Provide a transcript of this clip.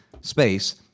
space